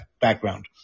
background